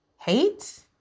hate